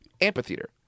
Amphitheater